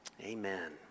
Amen